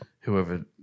whoever